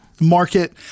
market